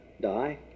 die